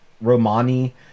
Romani